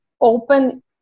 open